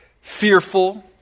fearful